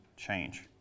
Change